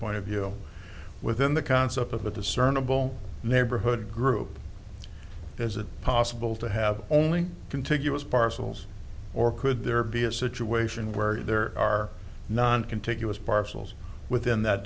point of view within the concept of a discernable neighborhood group there's a possible to have only contiguous parcels or could there be a situation where there are noncontiguous parcels within that